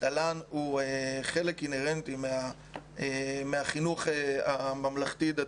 התל"ן הוא חלק אינהרנטי מהחינוך הממלכתי דתי.